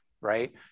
right